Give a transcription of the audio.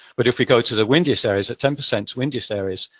but if we go to the windiest areas, ten percent windiest areas,